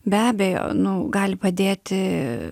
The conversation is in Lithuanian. be abejo nu gali padėti